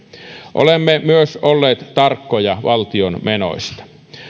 olemme myös olleet tarkkoja valtion menoista